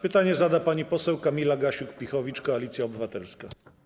Pytanie zada pani poseł Kamila Gasiuk-Pihowicz, Koalicja Obywatelska.